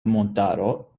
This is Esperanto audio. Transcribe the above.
montaro